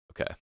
okay